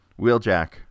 Wheeljack